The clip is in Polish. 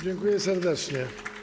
Dziękuję serdecznie.